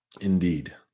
indeed